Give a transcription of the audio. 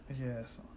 yes